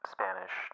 Spanish